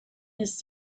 his